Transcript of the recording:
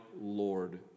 Lord